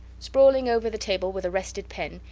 sprawling over the table with arrested pen,